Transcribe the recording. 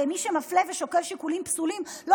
הרי מי שמפלה ושוקל שיקולים פסולים לא